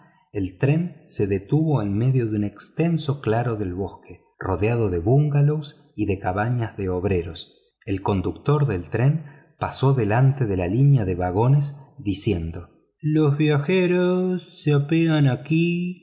el tren se detuvo en medio de un extenso claro del bosque rodeado de bungalows y de cabañas de obreros el conductor del tren pasó delante de la línea de vagones diciendo los viajeros se apean aquí